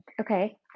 Okay